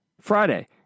Friday